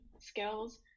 skills